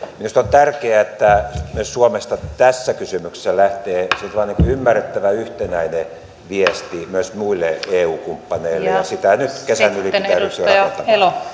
minusta on tärkeää että myös suomesta tässä kysymyksessä lähtee sellainen ymmärrettävä yhtenäinen viesti myös muille eu kumppaneille ja sitä nyt kesän yli pitää ryhtyä